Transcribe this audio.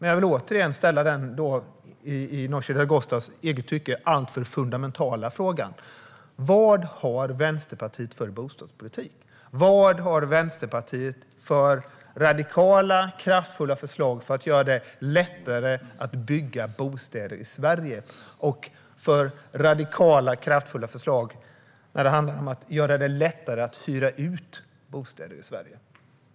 Jag vill återigen ställa den i Nooshi Dadgostars tycke alltför fundamentala frågan: Vad har Vänsterpartiet för bostadspolitik, och vad har Vänsterpartiet för radikala, kraftfulla förslag för att göra det lättare att bygga bostäder i Sverige och att hyra ut bostäder i Sverige?